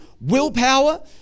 willpower